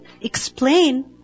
explain